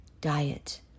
diet